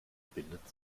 bindet